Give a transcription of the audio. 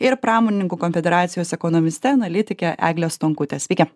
ir pramonininkų konfederacijos ekonomiste analitike eglė stonkute sveiki